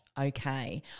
okay